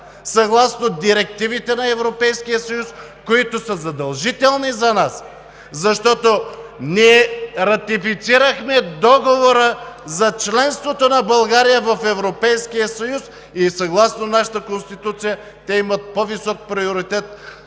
съгласно директивите на Европейския съюз, които са задължителни за нас. Защото ние ратифицирахме Договора за членството на България в Европейския съюз. Съгласно нашата Конституция те имат по-висок приоритет